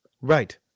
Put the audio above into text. Right